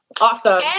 awesome